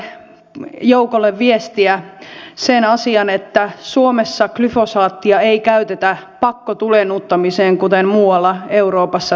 haluan tälle joukolle viestiä sen asian että suomessa glyfosaattia ei käytetä pakkotuleennuttamiseen kuten muualla euroopassa tehdään